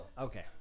Okay